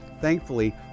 Thankfully